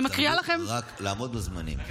רק לעמוד בזמנים.